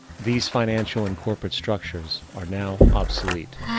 these financial and corporate structures are now obsolete,